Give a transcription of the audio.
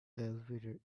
elevator